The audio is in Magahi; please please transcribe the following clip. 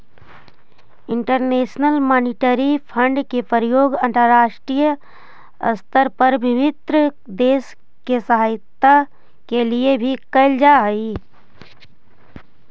इंटरनेशनल मॉनिटरी फंड के प्रयोग अंतरराष्ट्रीय स्तर पर विभिन्न देश के सहायता के लिए भी कैल जा हई